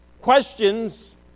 Questions